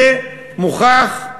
זה מוכח,